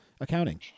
accounting